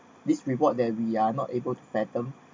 this reward that we are not able to settle